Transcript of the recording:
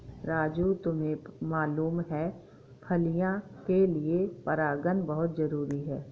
राजू तुम्हें मालूम है फलियां के लिए परागन बहुत जरूरी है